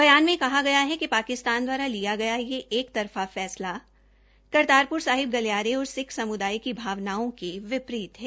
बयान में कहा गया है पाकिस्तान दवारा लिया गया यह एक तरफा फैसला करतार साहिब गलियारे और सिक्ख समुदाय की भावनाओं के विपरित है